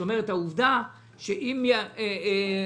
זאת אומרת, העובדה שאם אזרח,